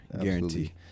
guarantee